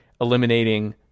eliminating